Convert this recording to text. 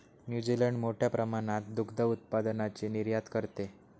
New Zealand मोठ्या प्रमाणात दुग्ध उत्पादनाची निर्यात करते